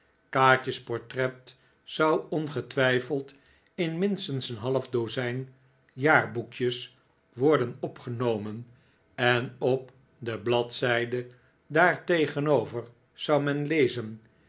kaatje's portret zou ongetwijfeld in minstens een half dozijn jaarboekjes worden opgenomen en op de bladzijde daar tegenover zou men lezen